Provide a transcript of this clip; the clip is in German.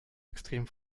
extrem